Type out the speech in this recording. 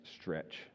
stretch